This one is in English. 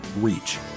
reach